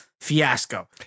fiasco